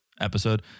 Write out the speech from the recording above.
episode